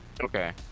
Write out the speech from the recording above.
Okay